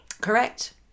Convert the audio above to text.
correct